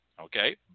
okay